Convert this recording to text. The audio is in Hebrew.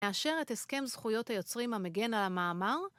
מאשר את הסכם זכויות היוצרים המגן על המאמר,